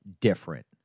different